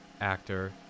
actor